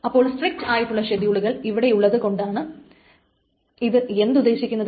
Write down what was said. അപ്പോൾ സ്ട്രിക്റ്റ് ആയിട്ടുള്ള ഷെഡ്യൂളുകൾ ഇവിടെയുള്ളതുകൊണ്ട് എന്താണ് ഉദ്ദേശിക്കുന്നത്